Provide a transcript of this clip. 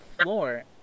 floor